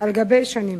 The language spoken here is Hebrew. על גבי שנים.